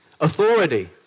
authority